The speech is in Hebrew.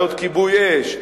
בהנחיות כיבוי אש,